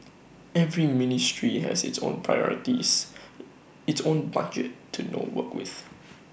every ministry has its own priorities its own budget to know work with